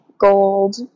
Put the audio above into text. gold